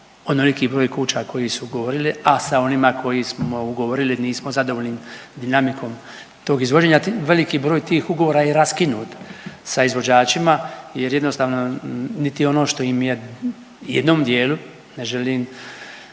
onoliki broj kuća koji su ugovorili, a sa onima koji smo ugovorili nismo zadovoljni dinamikom tog izvođenja. Veliki broj tih ugovora je i raskinut sa izvođačima jer jednostavno niti ono što im je u jednom dijelu, ne želim,